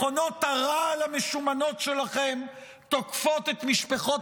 מכונות הרעל המשומנות שלכם תוקפות את משפחות